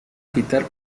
quitar